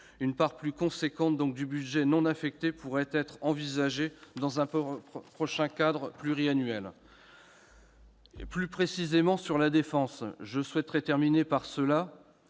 Une part plus importante de budget non affecté pourrait donc être envisagée dans le prochain cadre pluriannuel. Plus précisément, sur la défense- je souhaiterais terminer mon